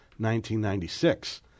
1996